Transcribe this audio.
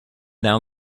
down